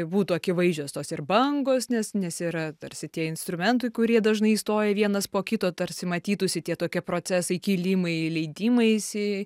būtų akivaizdžios tos ir bangos nes nes yra tarsi tie instrumentai kurie dažnai įstoja vienas po kito tarsi matytųsi tie tokie procesai kilimai leidimaisi